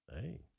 Hey